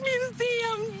Museum